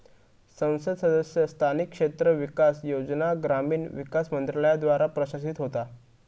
संसद सदस्य स्थानिक क्षेत्र विकास योजना ग्रामीण विकास मंत्रालयाद्वारा प्रशासित होता